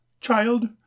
child